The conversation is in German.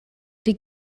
die